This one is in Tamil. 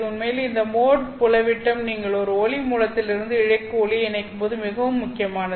உண்மையில் இந்த மோட் புலம் விட்டம் நீங்கள் ஒரு ஒளி மூலத்திலிருந்து இழைக்கு ஒளியை இணைக்கும்போது மிகவும் முக்கியமானது